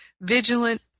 vigilant